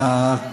אוקיי.